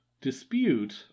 dispute